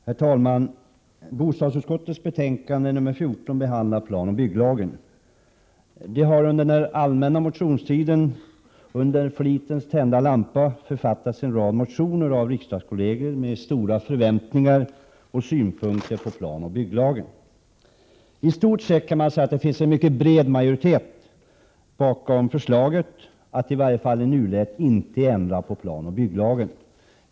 Herr talman! Bostadsutskottets betänkande 14 behandlar planoch bygglagen. Det har under den allmänna motionstiden, under flitens tända lampa, författats en rad motioner av riksdagskolleger med stora förväntningar och synpunkter på planoch bygglagen. I stort sett kan man säga att det finns en mycket bred majoritet bakom förslaget att i varje fall i nuläget inte ändra på planoch bygglagen.